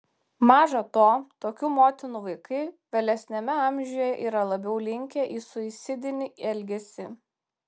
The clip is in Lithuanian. maža to tokių motinų vaikai vėlesniame amžiuje yra labiau linkę į suicidinį elgesį